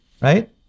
right